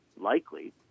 likely